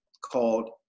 called